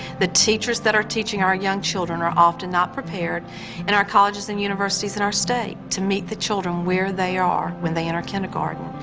the teachers that are teaching our young children are often not prepared and our colleges and universities in our state to meet the children where they are when they enter kindergarten.